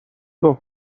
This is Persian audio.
گفت